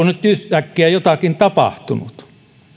nyt yhtäkkiä jotakin tapahtunut